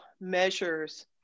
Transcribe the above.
measures